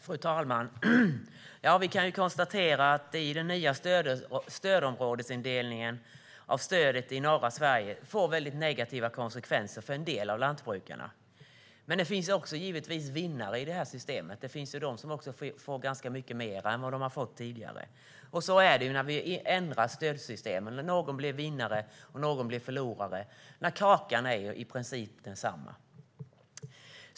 Fru talman! Vi kan konstatera att den nya stödområdesindelningen i norra Sverige får negativa konsekvenser för en del av lantbrukarna. Men det finns givetvis också vinnare i systemet. Det finns de som får ganska mycket mer än de har fått tidigare. Så är det när vi ändrar stödsystemen; någon blir vinnare, och någon blir förlorare. Men kakan är i princip densamma.